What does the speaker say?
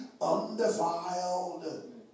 undefiled